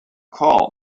call